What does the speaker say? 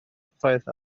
effaith